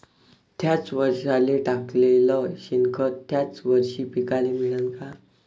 थ्याच वरसाले टाकलेलं शेनखत थ्याच वरशी पिकाले मिळन का?